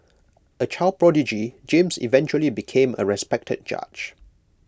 A child prodigy James eventually became A respected judge